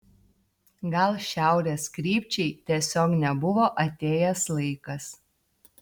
gal šiaurės krypčiai tiesiog nebuvo atėjęs laikas